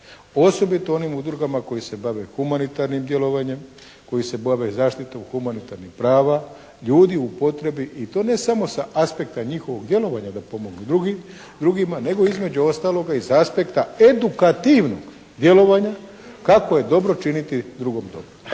Osobito onim udrugama koje se bave humanitarnim djelovanjem, koje se bave zaštitom humanitarnih prava, ljudi u potrebi i to ne samo sa aspekta njihovog djelovanja da pomognu drugima nego između ostaloga između aspekta edukativnog djelovanja, kako je dobro činiti drugom dobro.